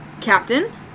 Captain